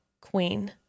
Queen